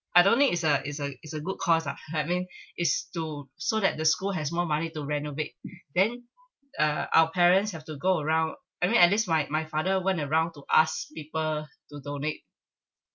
I don't think is a is a is a good cause ah having is to so that the school has more money to renovate then uh our parents have to go around I mean at least my my father went around to ask people to donate